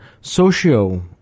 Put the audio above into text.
socio